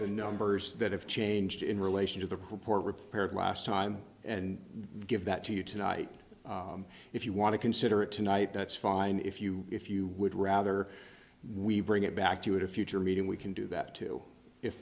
the numbers that have changed in relation to the report repaired last time and give that to you tonight if you want to consider it tonight that's fine if you if you would rather we bring it back to you at a future meeting we can do that too if